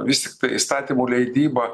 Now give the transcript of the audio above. vis tiktai įstatymų leidyba